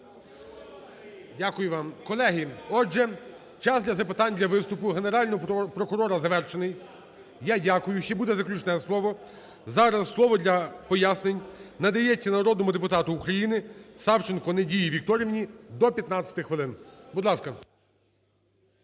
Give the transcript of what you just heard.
Дякую вам. Колеги, отже, час для запитань, для виступу Генерального прокурора завершений. Я дякую, ще буде заключне слово. Зараз слово для пояснень надається народному депутату України Савченко Надії Вікторівні, до 15 хвилин. Будь ласка.